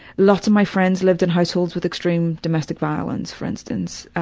lots of my friends lived in households with extreme domestic violence, for instance.